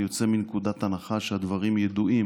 אני יוצא מנקודת הנחה שהדברים ידועים